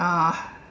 uh